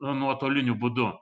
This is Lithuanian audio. nuotoliniu būdu